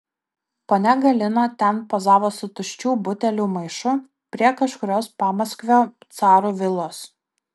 ponia galina ten pozavo su tuščių butelių maišu prie kažkurios pamaskvio carų vilos